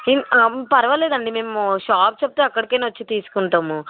పరవాలేదండి మేము షాప్ చెప్తే అక్కడికి అయిన వచ్చి తీసుకుంటాము